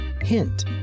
hint